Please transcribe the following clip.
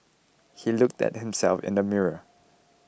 he looked at himself in the mirror